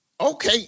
Okay